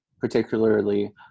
particularly